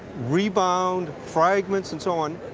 rebound, fragments and so on,